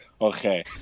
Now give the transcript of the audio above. Okay